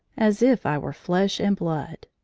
as if i were flesh and blood.